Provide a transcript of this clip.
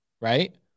right